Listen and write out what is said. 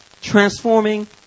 transforming